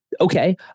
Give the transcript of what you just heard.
okay